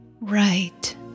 right